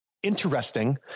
interesting